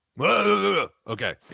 Okay